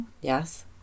Yes